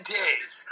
days